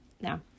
Now